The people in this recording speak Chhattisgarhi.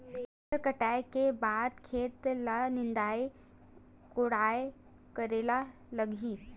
फसल कटाई के बाद खेत ल निंदाई कोडाई करेला लगही?